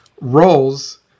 roles